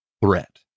threat